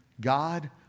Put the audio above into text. God